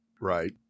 Right